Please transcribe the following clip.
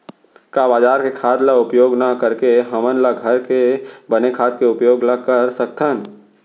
का बजार के खाद ला उपयोग न करके हमन ल घर के बने खाद के उपयोग ल कर सकथन?